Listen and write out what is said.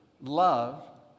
love